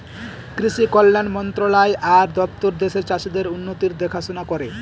কৃষি কল্যাণ মন্ত্রণালয় আর দপ্তর দেশের চাষীদের উন্নতির দেখাশোনা করে